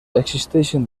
existeixen